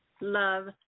Love